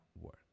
work